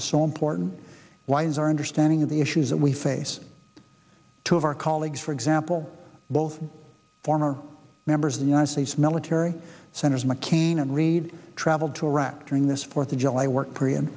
is so important why is our understanding of the issues that we face two of our colleagues for example both former members of the united states military centers mccain and reid traveled to iraq during this fourth of july work